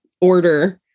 order